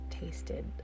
tasted